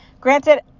Granted